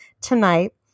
tonight